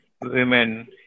women